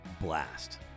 blast